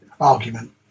argument